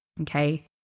okay